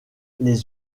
les